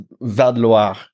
Val-de-Loire